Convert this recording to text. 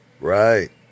Right